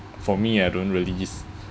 for me I don't really use